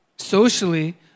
Socially